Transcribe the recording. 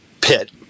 pit